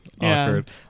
awkward